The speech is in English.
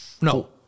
No